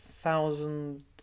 Thousand